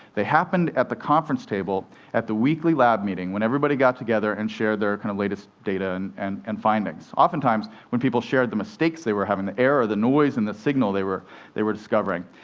they happened at the conference table at the weekly lab meeting, when everybody got together and shared their kind of latest data and and and findings, oftentimes when people shared the mistakes they were having, the error, the noise in the signal they were they were discovering.